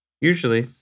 Usually